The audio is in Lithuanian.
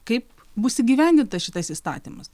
kaip bus įgyvendinta šitas įstatymas